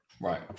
right